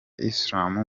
islam